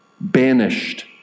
banished